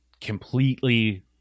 completely